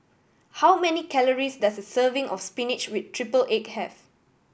how many calories does a serving of spinach with triple egg have